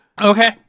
Okay